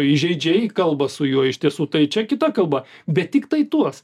įžeidžiai kalba su juo iš tiesų tai čia kita kalba bet tiktai tuos